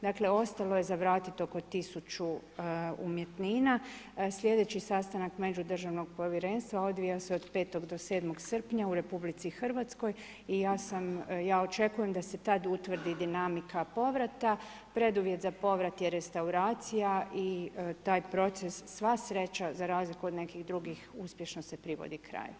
Dakle, ostalo je za vratiti oko 1000 umjetnina, slijedeći sastanak međudržavnog povjerenstva odvija se od 5. do 7. srpnja u RH i ja očekujem da se tad utvrdi dinamika povrata, preduvjet za povrat je restauracija i taj proces sva sreća za razliku od nekih drugih uspješno se privodi kraju.